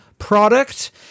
product